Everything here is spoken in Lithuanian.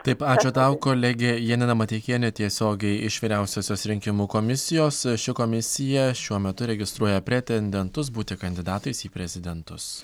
taip ačiū tau kolegė janina mateikienė tiesiogiai iš vyriausiosios rinkimų komisijos ši komisija šiuo metu registruoja pretendentus būti kandidatais į prezidentus